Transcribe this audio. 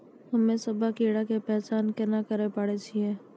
हम्मे सभ्भे कीड़ा के पहचान केना करे पाड़ै छियै?